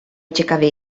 ciekawie